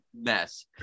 mess